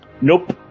Nope